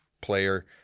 player